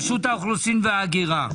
האוכלוסין וההגירה.